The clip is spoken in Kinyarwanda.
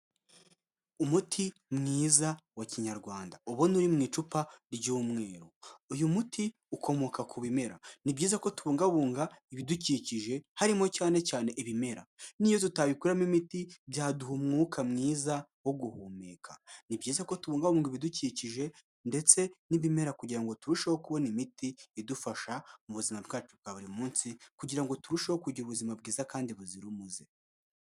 Umuti mwiza wa kinyarwanda ubona uri mu icupa ry'umweru uyu muti ukomoka ku bimera ni byiza ko tubungabunga ibidukikije harimo cyane cyane ibimera n'iyo tutabikuramo imiti byaduha umwuka mwiza wo guhumeka ni byiza ku tubungabunga ibidukikije ndetse n'ibimera kugira ngo turusheho kubona imiti idufasha mubuzima bwacu bwa buri munsi kugira ngo turusheho kugira ubuzima bwiza kandi buzira umuze.